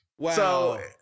Wow